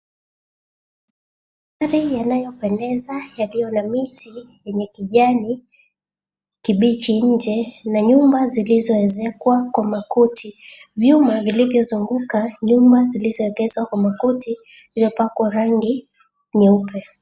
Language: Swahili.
Mandhari yanayopendeza yaliyo na miti yenye kijani kibichi nje na nyumba zilizoezekwa kwa makuti. Vyuma vilivyozunguka nyumba zilizoegezwa kwa makuti zimepakwa rangi nyeupe.